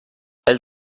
elle